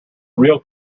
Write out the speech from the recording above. real